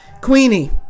Queenie